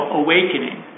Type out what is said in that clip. awakening